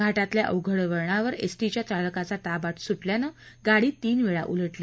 घाटातल्या अवघड वळणावर एसटीच्या चालकाचा ताबा सुटल्यानं गाडी तीन वेळा उलटली